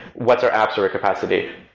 what's our app server capacity,